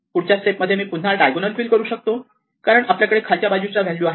पुढच्या स्टेप मध्ये मी पुन्हा डायगोनल फिल करू शकतो कारण आपल्याकडे खालच्या बाजूच्या व्हॅल्यू आहेत